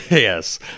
Yes